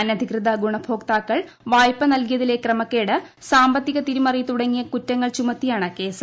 അനധികൃത ഗുണഭോക്താക്കൾ വായ്പ നൽക്വിയിരിലെ ക്രമക്കേട് സാമ്പത്തിക തിരിമറി തുടങ്ങിയ കുറ്റങ്ങൾ ചുമുത്തിയാണ് കേസ്